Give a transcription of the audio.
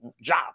job